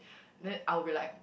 then I'll be like